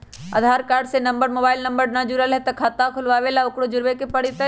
आधार card से हमर mobile number न जुरल है त बचत खाता खुलवा ला उकरो जुड़बे के पड़तई?